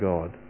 God